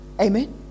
Amen